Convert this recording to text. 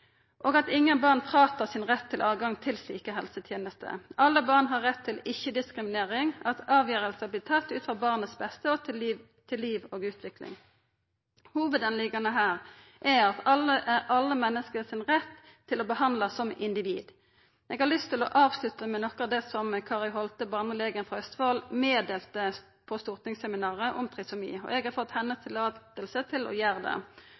og at ingen barn vert fråtekne sin rett til tilgang til slike helsetenester. Alle barn har rett til ikkje-diskriminering og at avgjerder vert tekne ut frå barnets beste og til liv og utvikling. Hovudsaka her er alle menneske sin rett til å verta behandla som individ. Eg har lyst til å avslutta med noko av det Kari Holte, barnelegen frå Østfold, fortalte på stortingsseminaret om trisomi. Eg har fått hennar løyve til å gjera det.